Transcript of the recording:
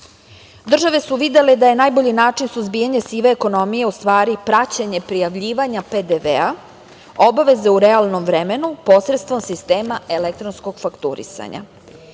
su videle da je najbolji način suzbijanje sive ekonomije u stvari praćenje prijavljivanja PDV, obaveze u realnom vremenu posredstvom sistema elektronskog fakturisanja.